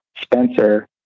Spencer